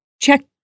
check